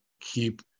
keep